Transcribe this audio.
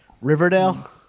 Riverdale